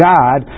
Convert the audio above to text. God